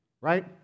right